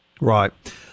Right